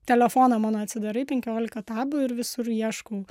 telefoną mano atsidarai penkiolika tabų ir visur ieškau